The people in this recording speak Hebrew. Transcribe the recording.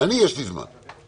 יש לי זמן.